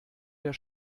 der